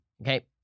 Okay